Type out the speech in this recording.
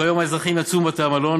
כיום האזרחים יצאו מבתי-המלון,